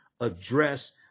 address